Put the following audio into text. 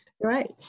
Right